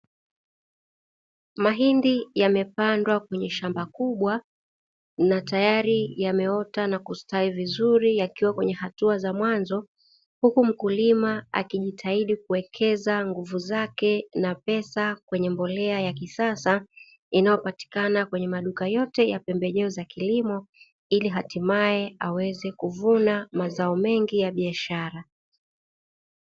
Mahindi yamepandwa kwenye shamba kubwa na tayari yameota na kustawi vizuri yakiwa kwenye hatua za mwanzo huku mkulima akijitahidi kuwekeza nguvu zake na pesa kwenye mbolea ya kisasa inayopatikana kwenye maduka yote ya pembejeo za kilimo ili hatimaye aweze kuvuna mazao mengi ya biashara.